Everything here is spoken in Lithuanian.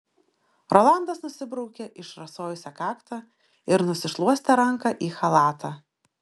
rolandas nusibraukė išrasojusią kaktą ir nusišluostė ranką į chalatą